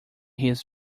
his